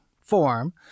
form